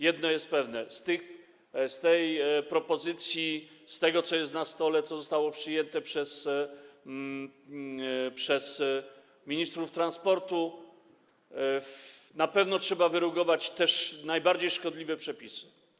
Jedno jest pewne: z tej propozycji, z tego, co jest na stole, co zostało przyjęte przez ministrów transportu, na pewno trzeba wyrugować najbardziej szkodliwe przepisy.